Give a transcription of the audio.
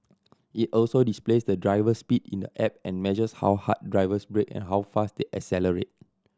it also displays the driver's speed in the app and measures how hard drivers brake and how fast they accelerate